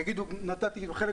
זה ניסיון